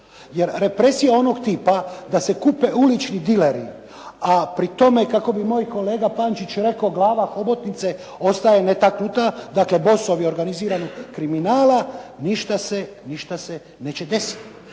jer represija je onog tipa da se kupe ulični dileri, a pri tome kako bi moj kolega Pančić rekao glava hobotnice ostala je netaknuta, dakle bosovi organiziranog kriminala ništa se neće desiti.